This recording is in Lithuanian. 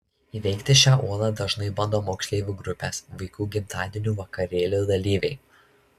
įveikti šią uolą dažnai bando moksleivių grupės vaikų gimtadienių vakarėlių dalyviai